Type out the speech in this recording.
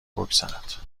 بگذرد